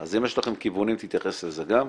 אז אם יש לכם כיוונים תתייחס לזה גם.